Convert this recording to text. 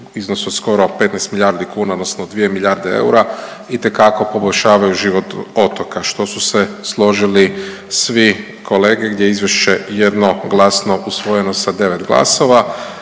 iznosu od skoro 15 milijardi kuna, odnosno 2 milijarde eura itekako poboljšavaju život otoka što su se složili svi kolege gdje je izvješće jednoglasno usvojeno sa 9 glasova,